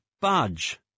budge